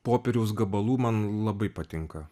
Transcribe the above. popieriaus gabalų man labai patinka